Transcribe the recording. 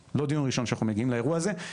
הזה,